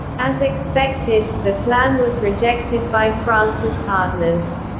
as expected, the plan was rejected by france's partners.